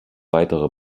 weitere